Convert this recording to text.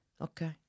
Okay